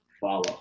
follow